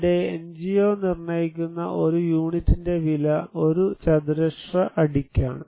ഇവിടെയും എൻജിഒ നിർണയിക്കുന്ന ഒരു യൂണിറ്റിന്റെ വില ഒരു ചതുരശ്ര അടിക്കാണ്